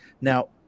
Now